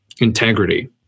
integrity